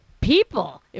people